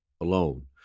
alone